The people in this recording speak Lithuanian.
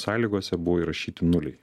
sąlygose buvo įrašyti nuliai